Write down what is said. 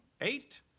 eight